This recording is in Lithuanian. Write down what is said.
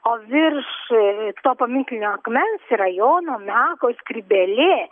o virš to paminklinio akmens yra jono meko skrybėlė